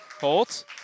Holt